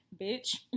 bitch